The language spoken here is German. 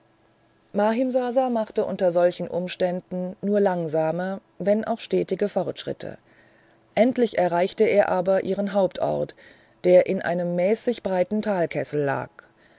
mahimsasa machte unter solchen umständen nur langsame wenn auch stetige fortschritte endlich erreichte er aber ihren hauptort der in einem mäßig breiten talkessel lag